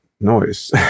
noise